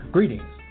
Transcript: Greetings